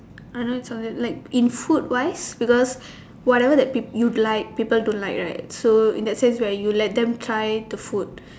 I don't have any like in food why because whatever that people you'd like people don't like right so in a sense that you let them try the food